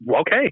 Okay